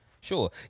Sure